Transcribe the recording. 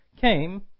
came